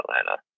Atlanta